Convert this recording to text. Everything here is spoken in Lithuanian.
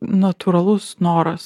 natūralus noras